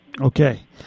Okay